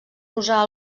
usar